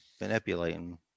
Manipulating